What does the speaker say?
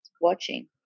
watching